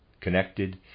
connected